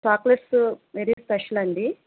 chocolates very special అండి